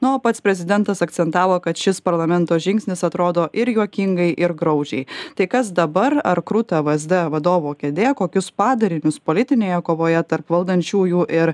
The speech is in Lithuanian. nu o pats prezidentas akcentavo kad šis parlamento žingsnis atrodo ir juokingai ir graudžiai tai kas dabar ar kruta vzd vadovo kėdė kokius padarinius politinėje kovoje tarp valdančiųjų ir